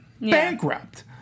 Bankrupt